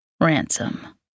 Ransom